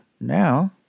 now